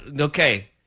okay